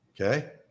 Okay